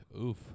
Oof